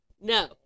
No